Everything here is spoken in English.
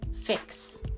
fix